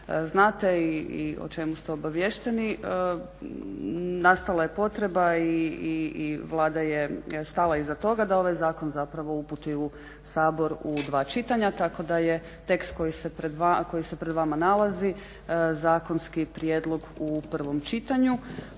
znate i o čemu ste obaviješteni, nastala je potreba i Vlada je stala iza toga da ovaj zakon zapravo uputi u Sabor u dva čitanja tako da je tekst koji se pred vama nalazi zakonski prijedlog u prvom čitanju.